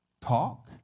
talk